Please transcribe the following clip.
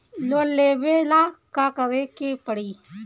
Loan लेबे ला का करे के पड़ी?